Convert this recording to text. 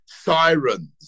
sirens